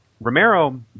Romero